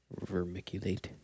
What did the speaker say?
Vermiculate